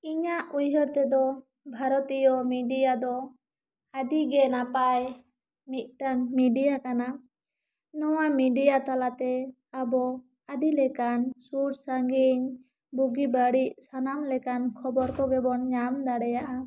ᱤᱧᱟᱹᱜ ᱩᱭᱦᱟᱹᱨ ᱛᱮᱫᱚ ᱵᱷᱟᱨᱚᱛᱤᱭᱚ ᱢᱤᱰᱤᱭᱟ ᱫᱚ ᱟᱹᱰᱤ ᱜᱮ ᱱᱟᱯᱟᱭ ᱢᱤᱫ ᱴᱮᱱ ᱢᱤᱰᱤᱭᱟ ᱠᱟᱱᱟ ᱱᱚᱣᱟ ᱢᱤᱰᱤᱭᱟ ᱛᱟᱞᱟ ᱛᱮ ᱟᱵᱚ ᱟᱹᱰᱤ ᱞᱮᱠᱟᱱ ᱥᱩᱨ ᱥᱟ ᱜᱤᱧ ᱵᱩᱜᱤ ᱵᱟ ᱲᱤᱡ ᱥᱟᱱᱟᱢ ᱞᱮᱠᱟᱱ ᱠᱷᱚᱵᱚᱨ ᱠᱚᱜᱮ ᱵᱚᱱ ᱧᱟᱢ ᱫᱟᱲᱮᱭᱟᱜ ᱟ